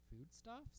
foodstuffs